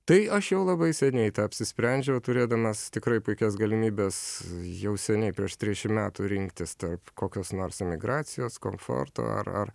tai aš jau labai seniai apsisprendžiau turėdamas tikrai puikias galimybes jau seniai prieš trisdešim metų rinktis tarp kokios nors emigracijos komforto ar ar